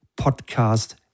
podcast